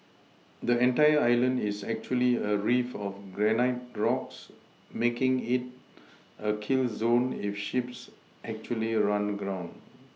the entire island is actually a reef of granite rocks making it a kill zone if ships actually run aground